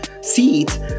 seeds